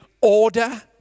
order